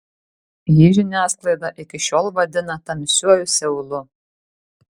jį žiniasklaida iki šiol vadina tamsiuoju seulu